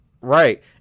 Right